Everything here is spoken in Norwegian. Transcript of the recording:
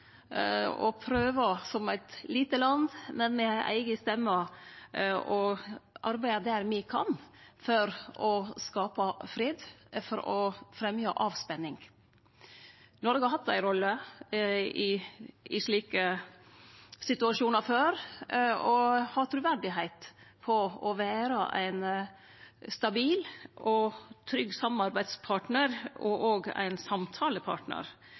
som eit lite land, men med eiga stemme å arbeide der me kan for å skape fred, for å fremje avspenning. Noreg har hatt ei rolle i slike situasjonar før og har truverdigheit til å vere ein stabil og trygg samarbeidspartnar og ein samtalepartnar,